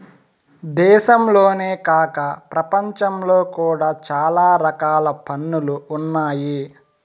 దేశంలోనే కాక ప్రపంచంలో కూడా చాలా రకాల పన్నులు ఉన్నాయి